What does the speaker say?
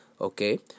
okay